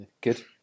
good